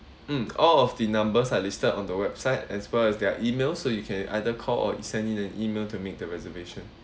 mm all of the numbers are listed on the website as well as their email so you can either call or send in an email to make the reservation